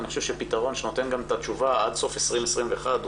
אני חושב שפתרון שנותן גם את התשובה עד סוף 2021 הוא